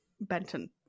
Benton